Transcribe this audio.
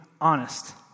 honest